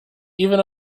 even